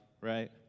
right